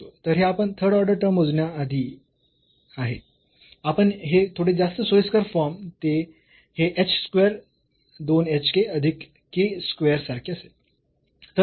तर हे आपण थर्ड ऑर्डर टर्म मोजण्याआधी आहे आपण हे थोडे जास्त सोयीस्कर फॉर्म ते हे h स्क़ेअर दोन h k अधिक k स्क़ेअर सारखे असेल